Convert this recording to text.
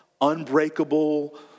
unbreakable